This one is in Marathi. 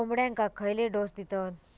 कोंबड्यांक खयले डोस दितत?